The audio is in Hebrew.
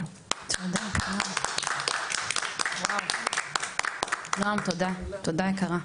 תודה רבה, נעם תודה, תודה יקרה,